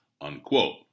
unquote